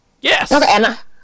Yes